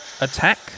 attack